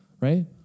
right